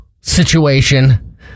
situation